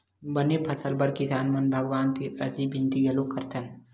बने फसल बर किसान मन भगवान तीर अरजी बिनती घलोक करथन